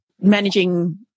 managing